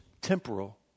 temporal